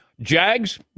Jags